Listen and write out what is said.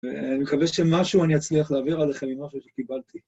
ואני מקווה שמשהו אני אצליח להעביר עליכם ממה שקיבלתי.